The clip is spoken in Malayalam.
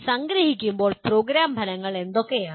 സംഗ്രഹിക്കുമ്പോൾ പ്രോഗ്രാം ഫലങ്ങൾ എന്തൊക്കെയാണ്